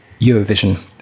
Eurovision